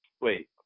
wait